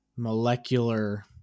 molecular